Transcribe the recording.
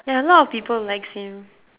ya a lot of people likes him